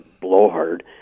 blowhard